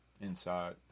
inside